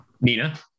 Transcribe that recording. Nina